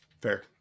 Fair